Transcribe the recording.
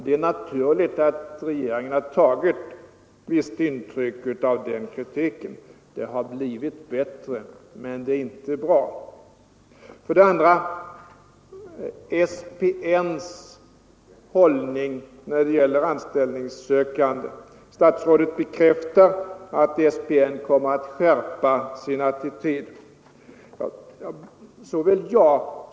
Det är naturligt att regeringen har tagit visst intryck av den kritiken. Det har blivit bättre, men det är inte bra. För det andra: Statsrådet bekräftar att SPN kommer att skärpa sin attityd när det gäller anställningssökande.